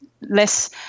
less